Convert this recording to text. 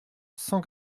cent